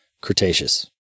Cretaceous